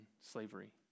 slavery